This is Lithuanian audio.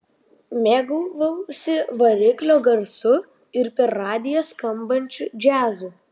mėgavausi variklio garsu ir per radiją skambančiu džiazu